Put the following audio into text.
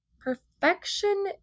perfection